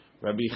Rabbi